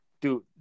Dude